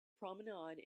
promenade